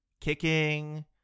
kicking